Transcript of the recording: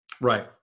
Right